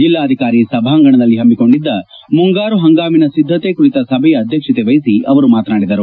ಜಿಲ್ಲಾಧಿಕಾರಿ ಸಭಾಂಗಣದಲ್ಲಿ ಹಮ್ನಿಕೊಂಡಿದ್ದ ಮುಂಗಾರು ಪಂಗಾಮಿನ ಸಿದ್ದತೆ ಕುರಿತ ಸಭೆಯ ಅಧ್ಯಕ್ಷತೆ ವಹಿಸಿ ಅವರು ಮಾತನಾಡಿದರು